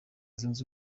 zunze